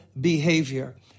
behavior